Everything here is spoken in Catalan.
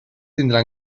tindrà